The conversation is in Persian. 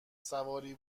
سواری